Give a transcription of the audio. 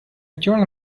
turned